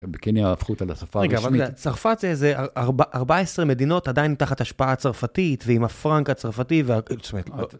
בקנייה ההפכות על השפה הראשונית. רגע, אבל צרפת זה איזה 14 מדינות עדיין תחת השפעה הצרפתית, ועם הפרנק הצרפתי וה...